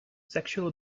sexual